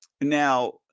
Now